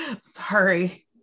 Sorry